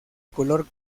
color